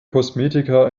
kosmetika